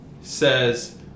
says